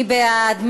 מי בעד?